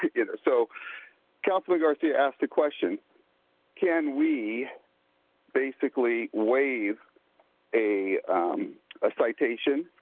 you know so councilman garcia asked a question can we basically waive a a citation,